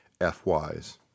F-wise